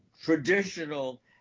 traditional